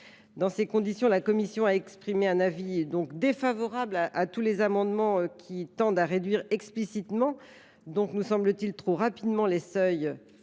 Dans ces conditions, la commission a émis un avis défavorable sur tous les amendements tendant à réduire explicitement, donc, nous semble t il, trop rapidement les seuils